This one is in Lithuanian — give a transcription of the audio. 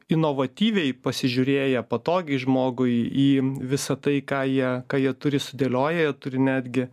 inovatyviai pasižiūrėję patogiai žmogui į visą tai ką jie ką jie turi sudėlioję jie turi netgi